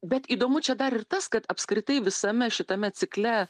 bet įdomu čia dar ir tas kad apskritai visame šitame cikle